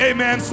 Amen